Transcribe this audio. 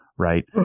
right